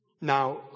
Now